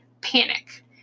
panic